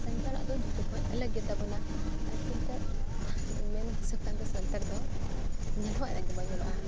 ᱥᱟᱱᱛᱟᱲᱟᱜ ᱫᱚ ᱡᱚᱛᱚ ᱠᱷᱚᱡ ᱟᱞᱟᱠ ᱜᱮᱛᱟ ᱵᱚᱱᱟ ᱟᱨ ᱥᱟᱱᱛᱟᱲ ᱢᱮᱱ ᱦᱤᱥᱟᱹᱵ ᱠᱷᱟᱡ ᱫᱚ ᱥᱟᱱᱛᱟᱲ ᱫᱚ ᱧᱮᱞ ᱦᱚ ᱟᱞᱟᱠ ᱜᱮᱵᱚ ᱧᱮᱞᱚᱜᱼᱟ